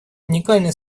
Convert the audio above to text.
уникальной